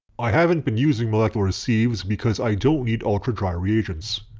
i haven't been using molecular ah sieves because i don't need ultra-dry reagents.